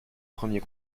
premier